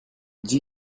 dit